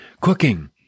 Cooking